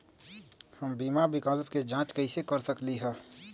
हम बीमा विकल्प के जाँच कैसे कर सकली ह?